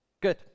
Good